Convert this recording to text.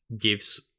gives